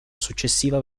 successiva